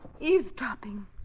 Eavesdropping